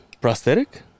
prosthetic